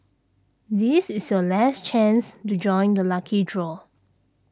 this is your last chance to join the lucky draw